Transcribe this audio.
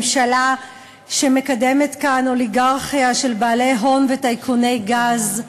ממשלה שמקדמת כאן אוליגרכיה של בעלי הון וטייקוני גז,